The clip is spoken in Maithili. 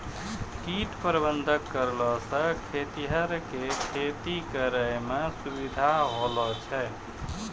कीट प्रबंधक करलो से खेतीहर के खेती करै मे सुविधा होलो छै